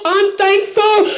unthankful